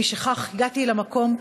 הגעתי למקום,